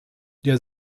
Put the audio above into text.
der